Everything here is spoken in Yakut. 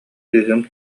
кыыһым